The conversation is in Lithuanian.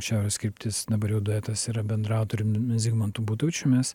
šiaurės kryptis dabar jau duetas yra bendraautorium zigmantu būdučiu mes